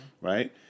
right